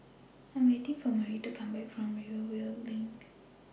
I Am waiting For Marie to Come Back from Rivervale LINK